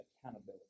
accountability